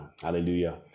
Hallelujah